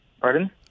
Pardon